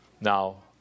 Now